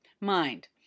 mind